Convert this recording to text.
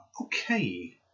okay